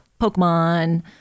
Pokemon